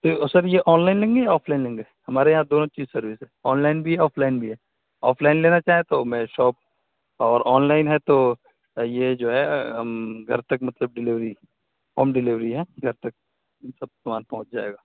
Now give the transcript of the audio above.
سر یہ online لیں گے یا آف لائن لیں گے ہمارے یہاں دونوں چیز سروس ہے آن لائن بھی ہے آف لائن بھی ہے آف لائن لینا چاہیں تو میں شاپ اور آن لائن ہے تو یہ جو ہے گھر تک مطلب ڈلیوری ہوم ڈلیوری ہے گھر تک سب سامان پہنچ جائے گا